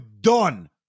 done